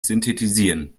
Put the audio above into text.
synthetisieren